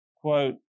quote